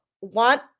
want